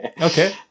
Okay